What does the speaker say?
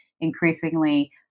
increasingly